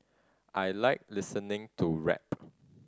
I like listening to rap